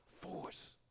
force